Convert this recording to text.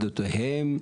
לעדותיהם,